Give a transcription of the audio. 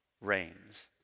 reigns